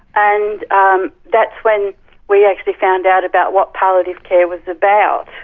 and um that's when we actually found out about what palliative care was about.